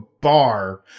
bar